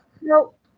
Nope